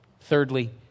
Thirdly